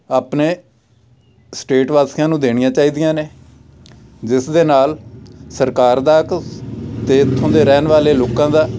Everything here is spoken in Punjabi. ਆਪਣੇ ਸਟੇਟ ਵਾਸੀਆਂ ਨੂੰ ਦੇਣੀਆਂ ਚਾਹੀਦੀਆਂ ਨੇ ਜਿਸ ਦੇ ਨਾਲ ਸਰਕਾਰ ਦਾ ਅਤੇ ਇੱਥੋਂ ਦੇ ਰਹਿਣ ਵਾਲੇ ਲੋਕਾਂ ਦਾ